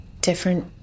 different